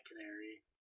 Canary